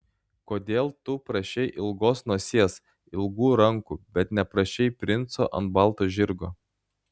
kodėl tu prašei ilgos nosies ilgų rankų bet neprašei princo ant balto žirgo